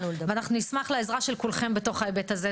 ואנחנו נשמח לעזרה לש כולכם בהיבט הזה.